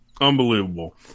Unbelievable